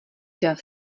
dav